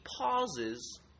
pauses